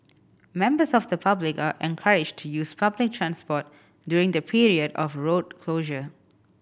members of the public are encouraged to use public transport during the period of road closure